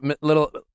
little